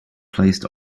placed